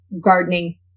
Gardening